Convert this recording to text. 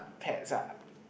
pets ah